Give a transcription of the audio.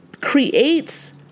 creates